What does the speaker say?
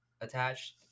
attached